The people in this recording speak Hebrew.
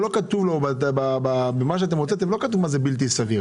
לא כתוב מה זה בלתי סביר בחוק.